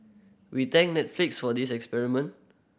we thank Netflix for this experiment